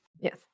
Yes